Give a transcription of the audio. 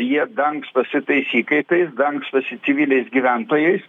jie dangstosi tais įkaitais dangstosi civiliais gyventojais